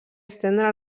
estendre